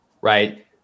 right